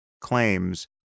claims